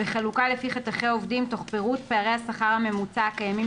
בחלוקה לפי חתכי עובדים תוך פירוט פערי השכר הממוצע הקיימים